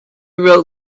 road